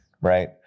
right